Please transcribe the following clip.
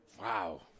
wow